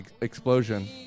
Explosion